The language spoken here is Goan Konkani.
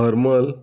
हरमल